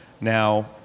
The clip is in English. Now